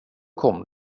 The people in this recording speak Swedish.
kom